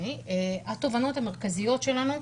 התובנות המרכזיות שלנו.